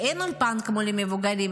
אין אולפן כמו למבוגרים.